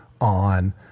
on